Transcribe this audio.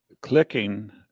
Clicking